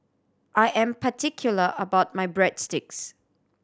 I am particular about my Breadsticks